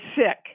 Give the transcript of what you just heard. sick